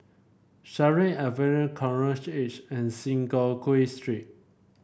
Sheares Avenue Coral Edge and Synagogue Street